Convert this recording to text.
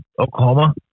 Oklahoma